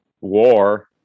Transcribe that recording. War